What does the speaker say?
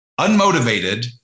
unmotivated